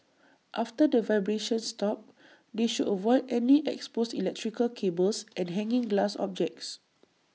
after the vibrations stop they should avoid any exposed electrical cables and hanging glass objects